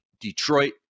Detroit